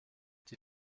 die